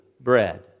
bread